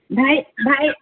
ଭାଇ ଭାଇ